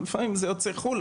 ולפעמים זה יוצא בחו"ל,